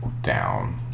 down